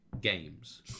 games